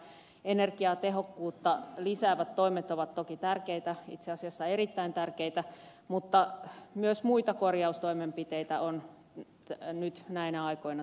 energiatehokkuutta lisäävät toimet ovat toki tärkeitä itse asiassa erittäin tärkeitä mutta myös muita korjaustoimenpiteitä on nyt näinä aikoina tarkoituksenmukaista tukea